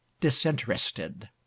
disinterested